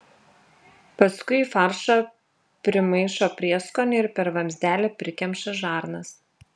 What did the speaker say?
paskui į faršą primaišo prieskonių ir per vamzdelį prikemša žarnas